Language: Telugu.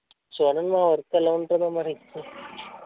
చూడండి మా వర్క్ ఎలా ఉంటుందో మరి